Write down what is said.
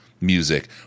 Music